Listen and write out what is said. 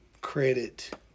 credit